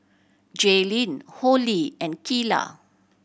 Jaylin Holli and Keila